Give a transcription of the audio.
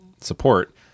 support